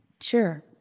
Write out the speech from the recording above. Sure